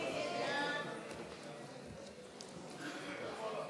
פיצויים לנפגעים ונזקי טבע,